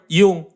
yung